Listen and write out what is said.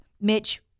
Mitch